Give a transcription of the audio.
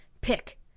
pick